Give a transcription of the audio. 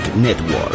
Network